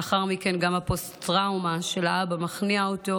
לאחר מכן גם הפוסט-טראומה של האבא מכניעה אותו,